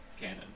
canon